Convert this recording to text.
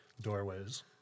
Doorways